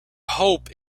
hope